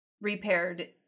repaired